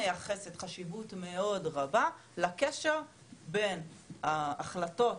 היא מייחסת חשיבות מאוד רבה לקשר בין ההחלטות